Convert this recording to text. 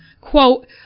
Quote